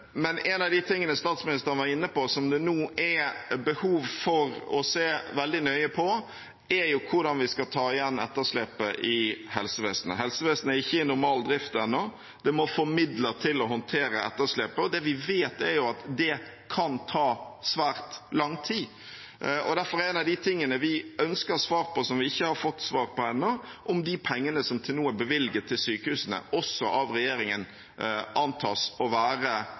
men en av de tingene statsministeren var inne på, og som det nå er behov for å se veldig nøye på, er hvordan vi skal ta igjen etterslepet i helsevesenet. Helsevesenet er ikke i normal drift ennå. Vi må få midler til å håndtere etterslepet. Det vi vet, er at det kan ta svært lang tid, og derfor er en av de tingene vi ønsker svar på, og som vi ikke har fått svar på ennå, om de pengene som til nå er bevilget til sykehusene, også av regjeringen antas å være